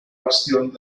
bastión